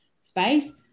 space